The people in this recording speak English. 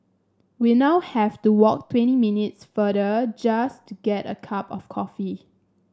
we now have to walk twenty minutes farther just to get a cup of coffee